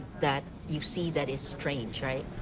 that you see that is strange, right?